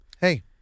Hey